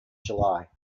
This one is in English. july